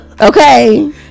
Okay